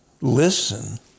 listen